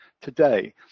today